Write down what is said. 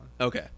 Okay